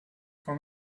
for